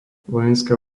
vojenské